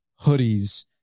hoodies